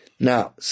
Now